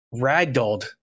ragdolled